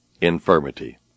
infirmity